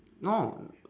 no